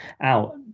out